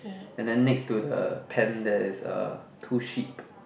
and then next to the pen there is uh two sheep